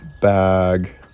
Bag